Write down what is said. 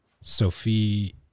Sophie